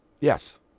yes